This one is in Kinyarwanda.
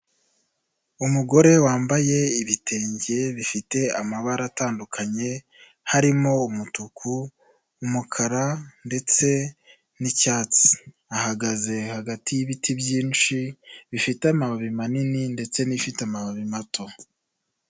Umugore wambaye ibitenge bifite amabara atandukanye harimo umutuku, umukara ndetse n'icyatsi, ahagaze hagati y'ibiti byinshi bifite amababi manini ndetse n'ibifite amababi mato.